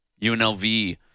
UNLV